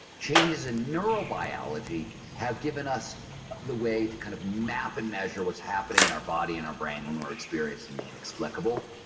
changes in neurobiology have given us the way to kind of map and measure what's happening in our body and our brain when we're experiencing the inexplicable.